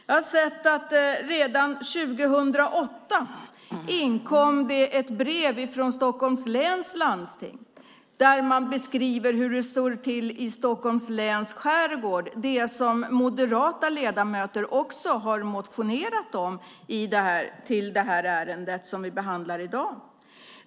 Jag har sett att det redan 2008 inkom ett brev från Stockholms läns landsting där man beskrev hur det stod till i Stockholms skärgård. Detta är något som också moderata ledamöter har motionerat om i det ärende som vi behandlar i dag.